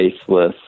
faceless